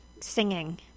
singing